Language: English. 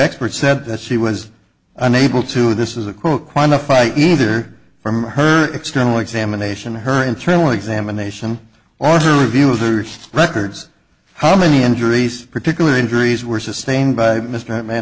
expert said that she was unable to this is a quote quantify either from her external examination or her internal examination or her abuser's records how many injuries particularly injuries were sustained by mr mann